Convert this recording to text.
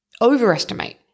overestimate